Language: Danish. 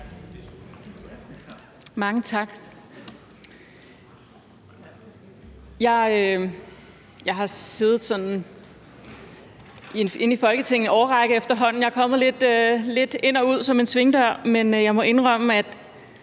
Mange tak. Jeg har siddet herinde i Folketinget i en årrække efterhånden. Jeg er kommet lidt ind og ud som ad en svingdør, men jeg må indrømme, at